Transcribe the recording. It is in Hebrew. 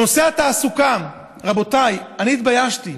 נושא התעסוקה, רבותיי, אני התביישתי.